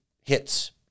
hits